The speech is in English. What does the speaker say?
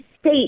state